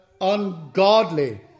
ungodly